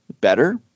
better